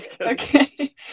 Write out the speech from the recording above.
Okay